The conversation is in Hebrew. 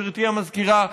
גברתי המזכירה,